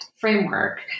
framework